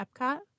Epcot